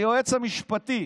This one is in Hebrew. ליועץ המשפטי.